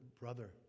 brother